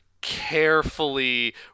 carefully